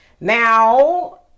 Now